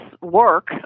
work